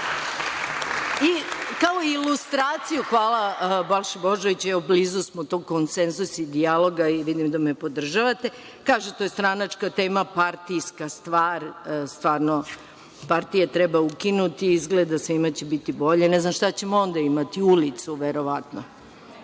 ilustraciju, hvala Balši Božoviću, evo blizu smo tog konsenzusa, dijaloga, vidim da me podržavate, kaže to je stranačka tema, partijska stvar. Stvarno partije treba ukinuti, izgleda svima će biti bolje. Ne znam šta ćemo onda imati? Ulicu, verovatno.